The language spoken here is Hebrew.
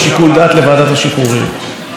ואז, כשהתחלתי לבדוק את הנושא הזה,